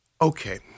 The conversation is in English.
Okay